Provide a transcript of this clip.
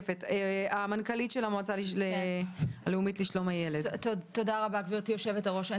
מנכ"לית המועצה הלאומית לשלום הילד, הערה קצרה.